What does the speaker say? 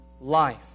life